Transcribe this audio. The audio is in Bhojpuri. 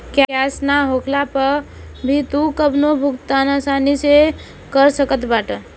कैश ना होखला पअ भी तू कवनो भी भुगतान आसानी से कर सकत बाटअ